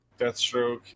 Deathstroke